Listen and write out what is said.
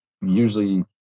usually